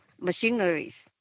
machineries